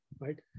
right